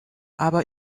aber